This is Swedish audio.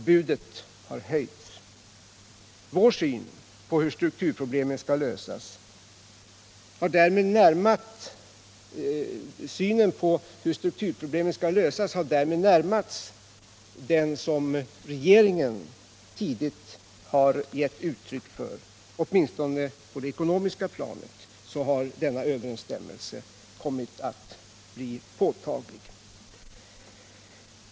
Budet har därför höjts. Oppositionens syn på hur strukturproblemen skall lösas har därmed närmat sig den som regeringen tidigt har givit uttryck för. Åtminstone på det ekonomiska planet har denna överensstämmelse kommit att bli påtaglig.